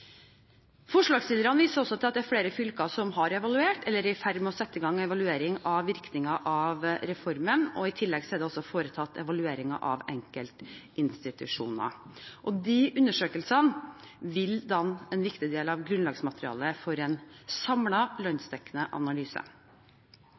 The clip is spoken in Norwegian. Forslagsstillerne viser til at flere fylker har evaluert eller er i ferd med å sette i gang evaluering av virkningene av reformen. I tillegg er det også foretatt evalueringer av enkeltinstitusjoner. Disse undersøkelsene vil være en viktig del av grunnlagsmaterialet for en